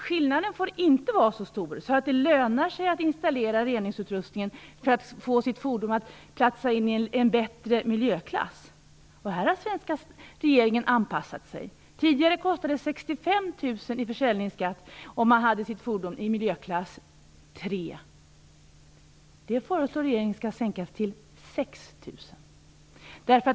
Skillnaden får inte vara så stor att det lönar sig att installera reningsutrustningen för att få sitt fordon att platsa i en bättre miljöklass. Här har den svenska regeringen anpassat sig. Tidigare kostade det 65 000 kr i försäljningsskatt om man hade sitt fordon i miljöklass 3. Det föreslår regeringen skall sänkas till 6 000 kr.